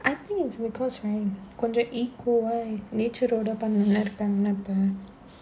I think its because right கொஞ்சம்:konjam nature ஓட பண்ணலாம்னு இருப்பாங்கள இப்ப:oda pannalaamnu iruppaangala ippa